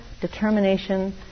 determination